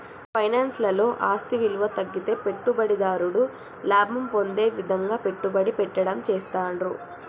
finance లలో ఆస్తి విలువ తగ్గితే పెట్టుబడిదారుడు లాభం పొందే విధంగా పెట్టుబడి పెట్టడం చేస్తాండ్రు